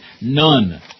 none